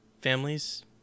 families